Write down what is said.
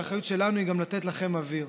והאחריות שלנו היא גם לתת לכם אוויר.